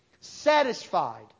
Satisfied